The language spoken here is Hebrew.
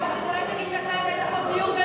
תגיד שאתה הבאת חוק דיור,